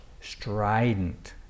strident